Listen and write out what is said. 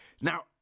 Now